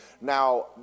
Now